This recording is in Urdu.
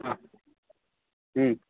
ہاں ہوں